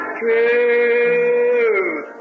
truth